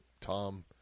tom